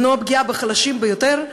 למנוע פגיעה בחלשים ביותר,